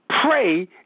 pray